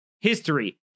history